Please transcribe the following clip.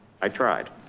i tried.